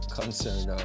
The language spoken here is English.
concerned